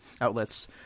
outlets